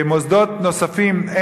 מוסדות נוספים,